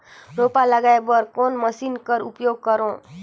रोपा लगाय बर कोन मशीन कर उपयोग करव?